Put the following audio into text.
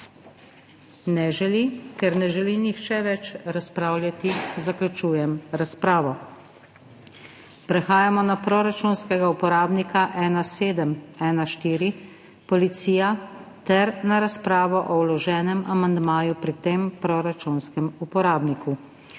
Ne želi. Ker ne želi nihče več razpravljati, zaključujem razpravo. Prehajamo na proračunskega uporabnika 1714 Policija ter na razpravo o vloženem amandmaju pri tem proračunskem uporabniku.